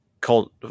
called